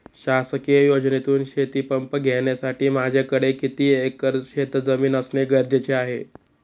शासकीय योजनेतून शेतीपंप घेण्यासाठी माझ्याकडे किती एकर शेतजमीन असणे गरजेचे आहे?